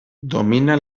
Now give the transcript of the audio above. domina